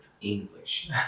English